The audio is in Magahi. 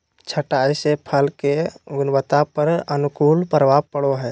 छंटाई से फल के गुणवत्ता पर अनुकूल प्रभाव पड़ो हइ